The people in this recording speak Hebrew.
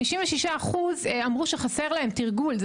56% אמרו שחסר להם תרגול.